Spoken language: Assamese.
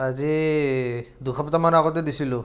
আজি এই দুসপ্তাহমান আগতে দিছিলোঁ